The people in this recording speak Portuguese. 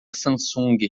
samsung